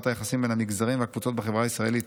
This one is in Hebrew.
היחסים בין המגזרים והקבוצות בחברה הישראלית.